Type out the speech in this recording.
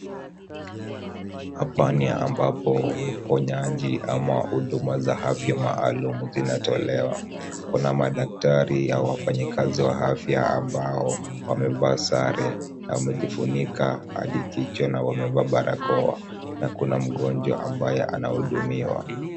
Hapa ni ambapo uponyaji ama huduma za afya maalum zinatolewa. Kuna madaktari au wafanyikazi wa afya ambao wamevaa sare na wamejifunika hadi kichwa na wamevaa barakoa na kuna mgonjwa ambaye anahudumiwa.